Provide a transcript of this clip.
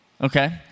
okay